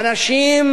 בני-אדם.